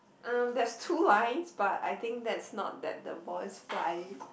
um there's two lines but I think that's not that the boys fly